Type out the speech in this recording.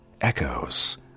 Echoes